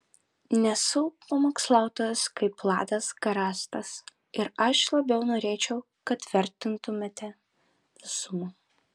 nesu pamokslautojas kaip vladas garastas ir aš labiau norėčiau kad vertintumėte visumą